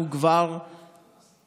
אנחנו כבר תפסנו